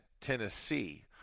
Tennessee